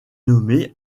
nommée